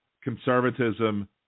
conservatism